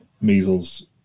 measles